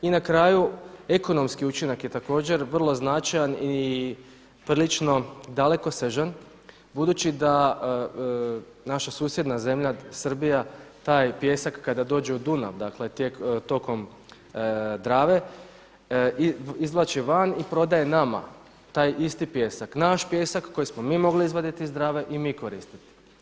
I na kraju ekonomski učinak je također vrlo značajan i prilično dalekosežan budući da naša susjedna zemlja Srbija taj pijesak kada dođe u Dunav dakle tokom Drave izvlači van i prodaje nama taj isti pijesak, naš pijesak koji smo mi mogli izvaditi iz Drave i mi koristiti.